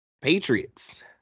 Patriots